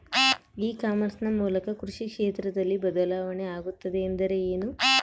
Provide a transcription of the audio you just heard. E commerce ನ ಮೂಲಕ ಕೃಷಿ ಕ್ಷೇತ್ರದಲ್ಲಿ ಬದಲಾವಣೆ ಆಗುತ್ತಿದೆ ಎಂದರೆ ಏನು?